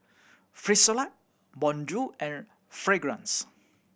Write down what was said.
Frisolac Bonjour and Fragrance